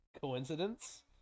coincidence